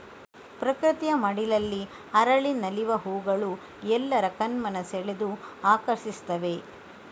ಪ್ರಕೃತಿಯ ಮಡಿಲಲ್ಲಿ ಅರಳಿ ನಲಿವ ಹೂಗಳು ಎಲ್ಲರ ಕಣ್ಮನ ಸೆಳೆದು ಆಕರ್ಷಿಸ್ತವೆ